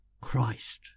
Christ